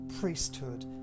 priesthood